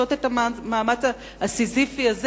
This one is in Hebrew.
ועושות את המאמץ הסיזיפי הזה,